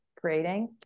creating